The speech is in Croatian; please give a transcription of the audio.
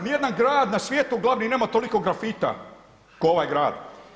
Ni jedan grad na svijetu glavni nema toliko grafita kao ovaj grad.